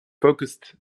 focussed